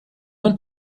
want